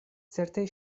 certe